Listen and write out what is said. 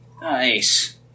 Nice